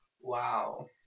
Wow